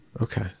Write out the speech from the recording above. okay